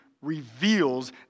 reveals